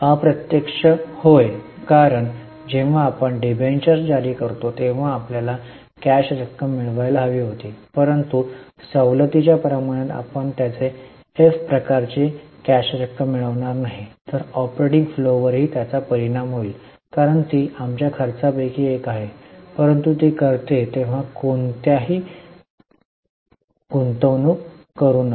अप्रत्यक्ष होय कारण जेव्हा आपण डिबेंचर्स जारी करतो तेव्हा आम्हाला कॅश रक्कम मिळायला हवी होती परंतु सवलतीच्या प्रमाणात आपण त्याचे एफ प्रकारची कॅश रक्कम मिळवणार नाही तर ऑपरेटिंग फ्लोावरही त्याचा परिणाम होईल कारण ती आमच्या खर्चापैकी एक आहे परंतु ती करते कोणत्याही कॅश ओके गुंतवू नका